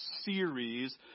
series